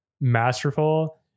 masterful